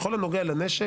בכל הנוגע לנשק,